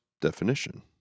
definition